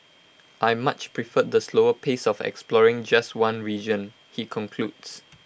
I much preferred the slower pace of exploring just one region he concludes